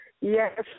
Yes